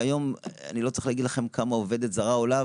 והיום אני לא צריך להגיד לכם כמה עובדת זרה עולה,